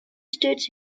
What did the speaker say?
states